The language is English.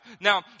Now